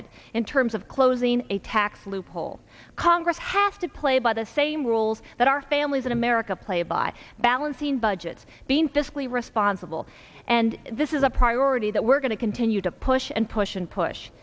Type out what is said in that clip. it in terms of closing a tax loophole congress have to play by the same rules that our families in america play by balancing budgets being fiscally responsible and this is a priority that we're going to continue to push and push and push